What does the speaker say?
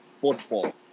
football